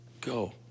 go